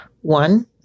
One